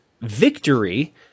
victory